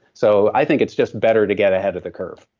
so i think it's just better to get ahead of the curve.